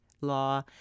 law